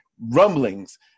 rumblings